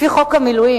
לפי חוק המילואים,